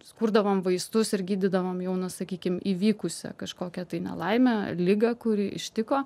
sukurdavom vaistus ir gydydavom jau nu sakykim įvykusią kažkokią nelaimę ligą kuri ištiko